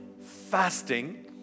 fasting